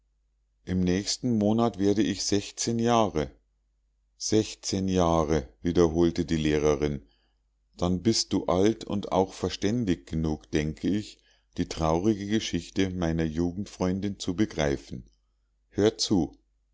im nächsten monat werde ich sechzehn jahre sechzehn jahre wiederholte die lehrerin dann bist du alt und auch verständig genug denke ich die traurige geschichte meiner jugendfreundin zu begreifen hör